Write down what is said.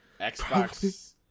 xbox